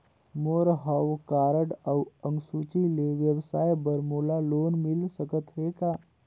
मोर हव कारड अउ अंक सूची ले व्यवसाय बर मोला लोन मिल सकत हे का?